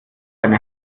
seine